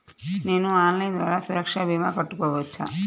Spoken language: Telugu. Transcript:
నేను ఆన్లైన్ ద్వారా సురక్ష భీమా కట్టుకోవచ్చా?